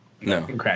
No